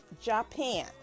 japan